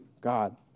God